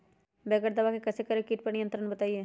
बगैर दवा के कैसे करें कीट पर नियंत्रण बताइए?